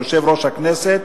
ליושב-ראש הכנסת,